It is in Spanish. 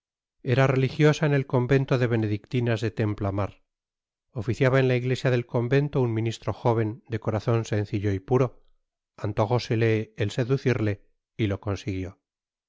era religiosa en el convento de benedictinas de templamar oficiaba en la iglesia del convento un ministro jóven de corazon sencillo y puro an tojósela el seducirle y lo consiguió